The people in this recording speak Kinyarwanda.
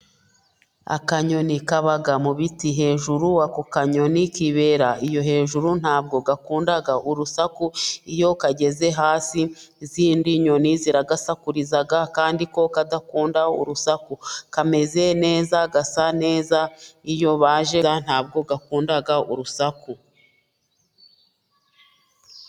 Akanyoni kaba mu biti hejuru, ako kanyoni kibera iyo hejuru, ntabwo gakunda urusaku, iyo kageze hasi, izindi nyoni ziragasakuriza kandi ko kadakunda urusaku. Kameze neza, gasa neza, iyo baje ra, ntabwo gakunda urusaku.